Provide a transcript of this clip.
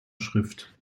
schrift